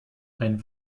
ein